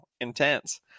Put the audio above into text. intense